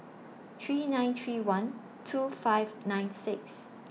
three nine three one two five nine six